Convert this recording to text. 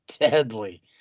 deadly